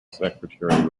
secretary